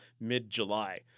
mid-July